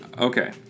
Okay